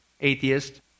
atheist